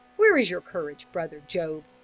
where is your courage, brother job?